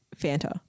Fanta